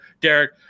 Derek